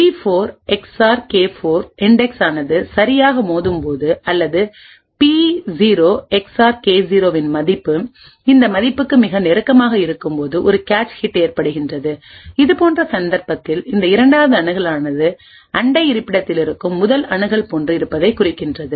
பி4 XOR கே4 index ஆனது சரியாக மோதும் போது அல்லது பி0 எக்ஸ்ஆர் கே0 இன் இந்த மதிப்புக்கு மிக நெருக்கமாக இருக்கும்போது ஒரு கேச் ஹிட் ஏற்படும் இதுபோன்ற சந்தர்ப்பத்தில் இந்த இரண்டாவது அணுகல் ஆனது அண்டை இருப்பிடத்தில் இருக்கும் முதல் அணுகல் போன்று இருப்பதை குறிக்கின்றது